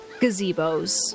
gazebos